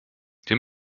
wir